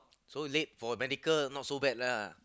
so late for medical not so bad lah